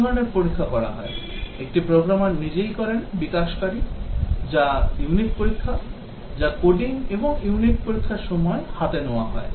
দুটি ধরণের পরীক্ষা করা হয় একটি প্রোগ্রামার নিজেই করেন বিকাশকারী যা ইউনিট পরীক্ষা যা কোডিং এবং ইউনিট পরীক্ষার সময় হাতে নেওয়া হয়